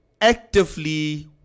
actively